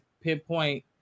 pinpoint